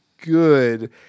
good